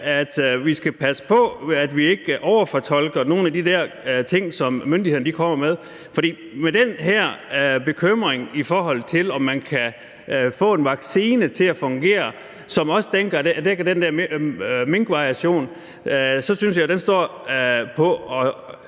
at vi skal passe på, at vi ikke overfortolker nogle af de her ting, som myndighederne kommer med. Hvad angår den her bekymring, i forhold til om man kan få en vaccine, som også dækker den der minkvariation, til at fungere, så synes jeg, at